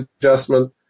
adjustment